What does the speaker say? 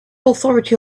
authority